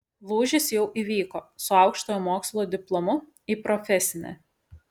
lūžis jau įvyko su aukštojo mokslo diplomu į profesinę